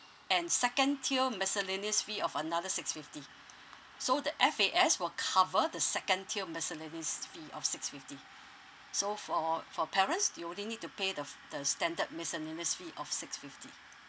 and second tier miscellaneous fee of another six fifty so the F_A_S will cover the second tier miscellaneous fee of six fifty so for for parents you only need to pay the the standard miscellaneous fee of six fifty